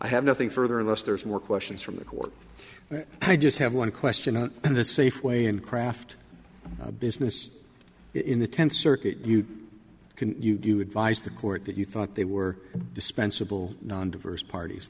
i have nothing further unless there's more questions from the court i just have one question and then the safeway and craft business in the tenth circuit you can you do advise the court that you thought they were dispensable non diverse parties